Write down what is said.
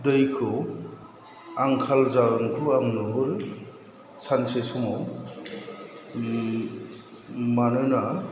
दैखौ आंखाल जागोनखौ आं नुहरो सानसे समाव मानोना